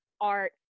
art